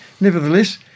Nevertheless